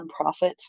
nonprofit